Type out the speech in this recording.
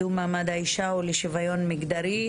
אני פותחת את הישיבה של הוועדה לקידום מעמד האישה ולשוויון מגדרי.